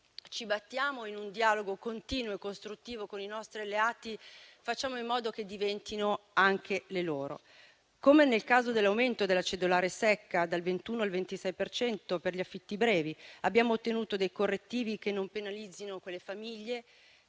ci battiamo in un dialogo continuo e costruttivo con i nostri alleati e facciamo in modo che diventino anche le loro. Come nel caso dell'aumento della cedolare secca dal 21 al 26 per cento per gli affitti brevi, abbiamo ottenuto dei correttivi che non penalizzino quelle famiglie